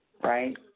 Right